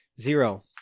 Zero